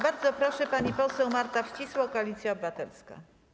Bardzo proszę, pani poseł Marta Wcisło, Koalicja Obywatelska.